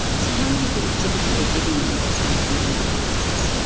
so how many people typically are giving samples on a day-to-day basis?